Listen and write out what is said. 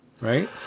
Right